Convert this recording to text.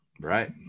right